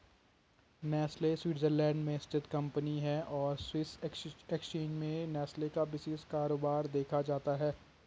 Nestle Switzerland में स्थित company है और स्विस एक्सचेंज में नेस्ले का विशेष कारोबार देखा जाता है